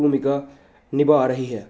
ਭੂਮਿਕਾ ਨਿਭਾਅ ਰਹੀ ਹੈ